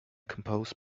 composed